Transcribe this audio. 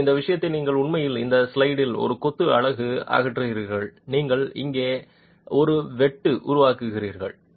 எனவே இந்த விஷயத்தில் நீங்கள் உண்மையில் இந்த ஸ்லாட்டில் ஒரு கொத்து அலகு அகற்றுகிறீர்கள் நீங்கள் இங்கே ஒரு வெட்டு உருவாக்குகிறீர்கள்